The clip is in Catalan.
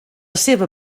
seva